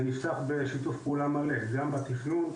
זה נפתח בשיתוף פעולה מלא, גם בתכנון,